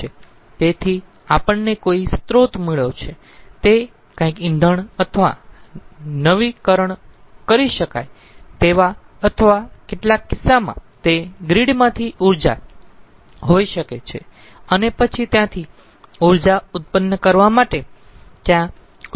તેથી આપણને કોઈ સ્રોત મળ્યો છે તે કાંઈક ઇંધણ અથવા નવીકરણ કરી શકાય તેવા અથવા કેટલાક કિસ્સામાં તે ગ્રીડમાંથી ઊર્જા હોઈ શકે છે અને પછી ત્યાંથી ઊર્જા ઉત્પન્ન કરવા માટે ત્યાં ઉષ્મીય માર્ગ હોઈ શકે છે